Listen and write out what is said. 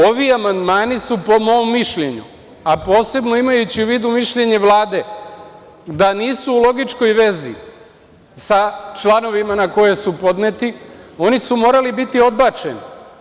Ovi amandmani su po mom mišljenju, a posebno imajući u vidu mišljenje Vlade, da nisu u logičkoj vezi sa članovima na koje su podneti, morali su biti odbačeni.